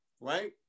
right